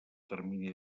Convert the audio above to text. termini